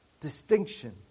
Distinction